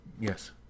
yes